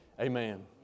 Amen